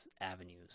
avenues